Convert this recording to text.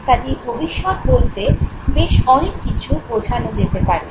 কাজেই ভবিষ্যৎ বলতে বেশ অনেক কিছু বোঝানো যেতে পারে